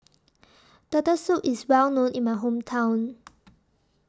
Turtle Soup IS Well known in My Hometown